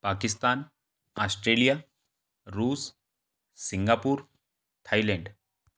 Pakistan Australia Russia Singapore Thailand